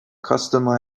customer